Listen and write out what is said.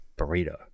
burrito